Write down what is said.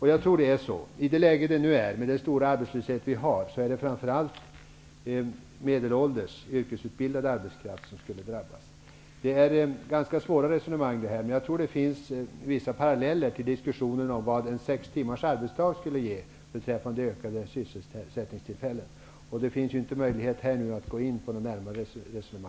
Jag tror det är så. I dagens läge med den stora arbetslöshet vi har är det framför allt medelålders yrkesutbildad arbetskraft som skulle drabbas. Det är ganska svåra resonemang, men jag tror det finns vissa paralleller i diskussionen om vad en sex timmars arbetsdag skulle ge beträffande ökade sysselsättningstillfällen, men det finns inte möjlighet att här närmare gå in på detta.